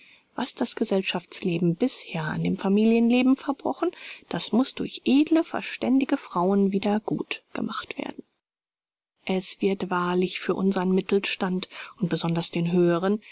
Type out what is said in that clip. was das gesellschaftsleben bisher an dem familienleben verbrochen das muß durch edle verständige frauen wieder gut gemacht werden es wird wahrlich für unsern mittelstand und besonders den höheren